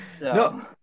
no